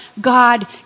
God